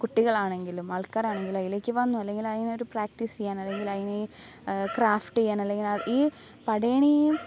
കുട്ടികളാണെങ്കിലും ആൾക്കാരാണെങ്കിലും അതിലേക്ക് വന്നു അല്ലെങ്കിലതിനായിട്ട് പ്രാക്ടീസ് ചെയ്യാൻ അല്ലെങ്കിൽ അതിന് ക്രാഫ്റ്റ് ചെയ്യാൻ അല്ലെങ്കിൽ ആ ഈ പടയണീയും